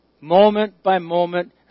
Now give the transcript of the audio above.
moment-by-moment